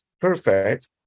perfect